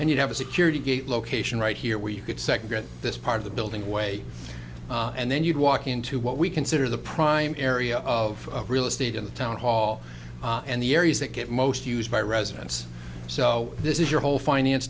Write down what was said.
and you'd have a security gate location right here where you could separate this part of the building away and then you'd walk into what we consider the prime area of real estate in the town hall and the areas that get most used by residents so this is your whole finance